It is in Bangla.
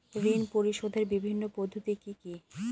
ঋণ পরিশোধের বিভিন্ন পদ্ধতি কি কি?